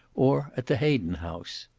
or at the hayden house.